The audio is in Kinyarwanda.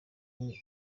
wowe